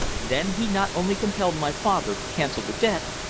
then he not only compelled my father to cancel the debt,